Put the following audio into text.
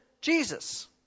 Jesus